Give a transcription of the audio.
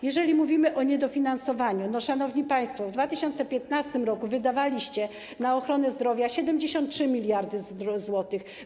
Jeżeli mówimy o niedofinansowaniu, szanowni państwo, w 2015 r. wydawaliście na ochronę zdrowia 73 mld zł.